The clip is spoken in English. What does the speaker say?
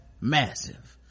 massive